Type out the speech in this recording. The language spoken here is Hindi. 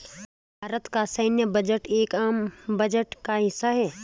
भारत का सैन्य बजट एक आम बजट का हिस्सा है